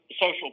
social